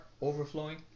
overflowing